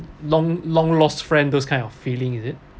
long long lost friend those kind of feeling is it